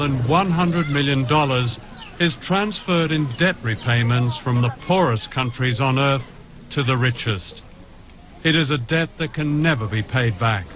than one hundred million dollars is transferred in debt repayments from the forest countries on earth to the richest it is a debt that can never be paid back